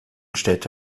städte